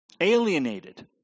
Alienated